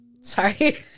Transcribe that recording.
sorry